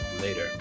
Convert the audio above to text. later